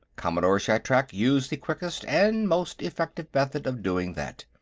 commodore shatrak used the quickest and most effective method of doing that.